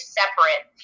separate